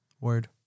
Word